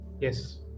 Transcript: Yes